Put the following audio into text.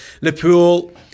Liverpool